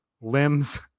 limbs